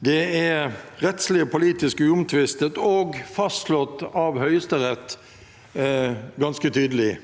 Det er rettslig og politisk uomtvistet og fastslått av Høyesterett ganske tydelig.